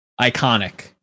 iconic